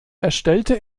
erstellte